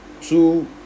Two